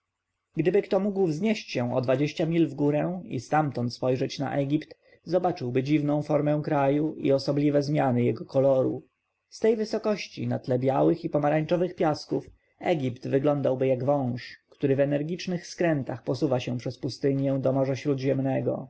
gdyby kto mógł wznieść się o dwadzieścia mil w górę i stamtąd spojrzeć na egipt zobaczyłby dziwną formę kraju i osobliwe zmiany jego koloru z tej wysokości na tle białych i pomarańczowych piasków egipt wyglądałby jak wąż który w energicznych skrętach posuwa się przez pustynię do morza śródziemnego